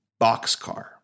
boxcar